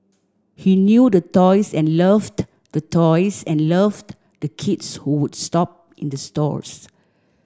he knew the toys and loved the toys and loved the kids who would shop in the stores